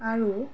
আৰু